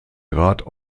grad